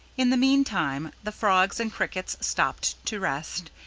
in the meantime the frogs and crickets stopped to rest,